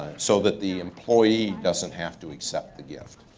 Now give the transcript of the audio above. so that the employee doesn't have to accept the gift.